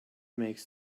makes